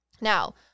Now